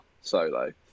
solo